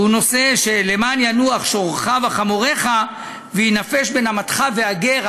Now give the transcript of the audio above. נושא: "למען ינוח שורך וחמֹרך ויִנפש בן אמתך והגר".